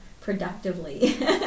productively